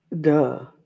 Duh